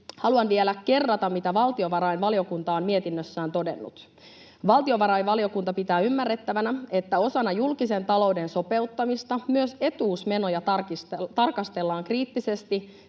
haluan vielä kerrata, mitä valtiovarainvaliokunta on mietinnössään todennut. ”Valtiovarainvaliokunta pitää ymmärrettävänä, että osana julkisen talouden sopeuttamista myös etuusmenoja tarkastellaan kriittisesti,